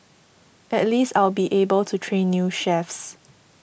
at least I'll be able to train new chefs